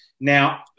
Now